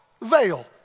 veil